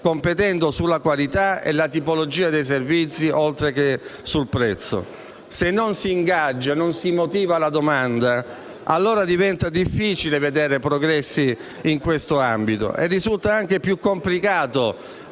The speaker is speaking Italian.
competendo sulla qualità e tipologia dei servizi offerti oltre che sul prezzo. Se non si ingaggia, non si motiva la domanda, allora diventa difficile vedere progressi in questo ambito e risulta anche più complicato